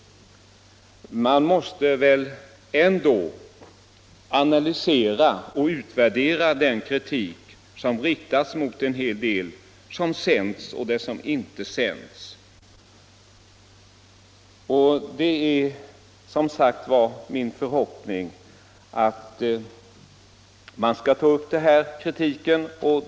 Men man måste väl ändå analysera och utvärdera den kritik som riktats mot en hel del av det som sänts. Det är som sagt min förhoppning att man beaktar den här kritiken.